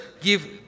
give